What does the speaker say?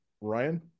Ryan